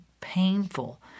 painful